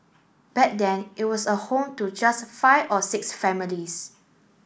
back then it was a home to just five or six families